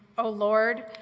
oh, lord,